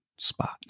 spot